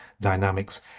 dynamics